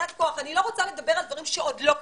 אני לא רוצה לדבר על דברים שעוד לא קיימים,